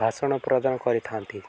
ଭାଷଣ ପ୍ରଦାନ କରିଥାନ୍ତି